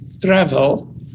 travel